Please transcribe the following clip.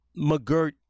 McGirt